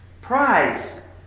prize